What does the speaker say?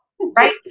right